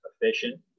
efficient